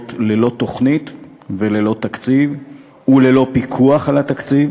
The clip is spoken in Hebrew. ללא תוכנית וללא תקציב וללא פיקוח על התקציב.